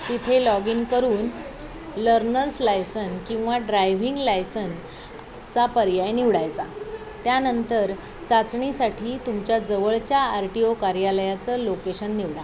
तिथे log in करून learners licence किंवा ड्रायव्हिंग लायसन चा पर्याय निवडायचा त्यानंतर चाचणीसाठी तुमच्या जवळच्या आर टी ओ कार्यालयाचं लोकेशन निवडा